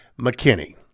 McKinney